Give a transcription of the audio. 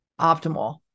optimal